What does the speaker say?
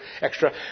extra